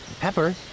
Pepper